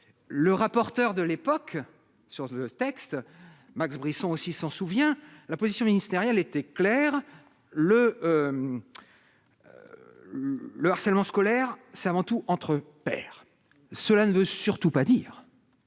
le rapporteur de l'époque sur ce texte, Max Brisson aussi s'en souvient la position ministérielle était clair : le le harcèlement scolaire c'est avant tout entre pairs, cela ne veut surtout pas dire.